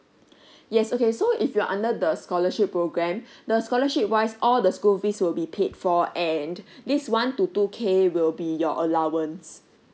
yes okay so if you're under the scholarship program the scholarship wise all the school fees will be paid for and this one to two K will be your allowance